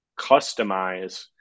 customize